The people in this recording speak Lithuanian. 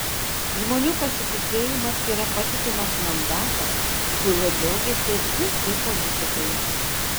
žmonių pasitikėjimas yra patikimas mandatas kuriuo džiaugiasi visi politikai